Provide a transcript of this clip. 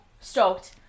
Stoked